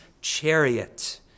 chariot